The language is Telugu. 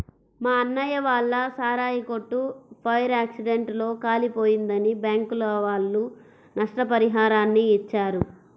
మా అన్నయ్య వాళ్ళ సారాయి కొట్టు ఫైర్ యాక్సిడెంట్ లో కాలిపోయిందని బ్యాంకుల వాళ్ళు నష్టపరిహారాన్ని ఇచ్చారు